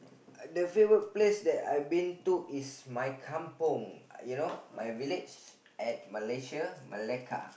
the favorite place that I been to is my kampong you know my village at Malaysia Melaka